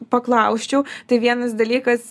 paklausčiau tai vienas dalykas